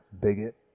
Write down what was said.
bigot